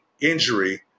injury